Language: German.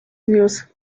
news